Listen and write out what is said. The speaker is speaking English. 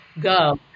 go